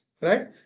right